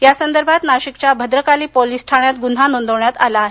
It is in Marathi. यासंदर्भात नाशिकच्या भद्रकाली पोलीस ठाण्यात गुन्हा नोंदविण्यात आला आहे